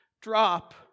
drop